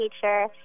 teacher